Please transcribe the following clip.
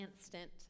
instant